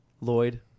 Lloyd